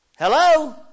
Hello